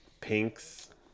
Pinks